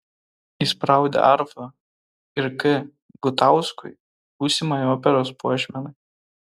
įspraudė arfą ir k gutauskui būsimajai operos puošmenai